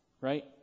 Right